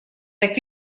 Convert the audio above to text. так